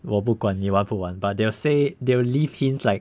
我不管你玩不玩 but they'll say they will leave hints like